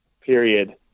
period